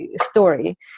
story